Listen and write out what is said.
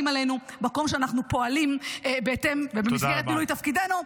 עלינו במקום שאנחנו פועלים במסגרת מילוי תפקידנו.